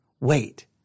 Wait